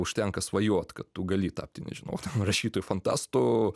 užtenka svajot kad tu gali tapti nežinau ten rašytoju fantastu